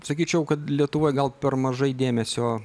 sakyčiau kad lietuvoj gal per mažai dėmesio